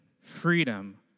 freedom